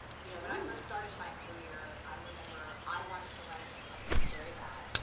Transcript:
you know, when i first started my career, i remember i wanted to write a book very bad,